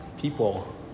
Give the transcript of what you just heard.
people